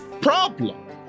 problem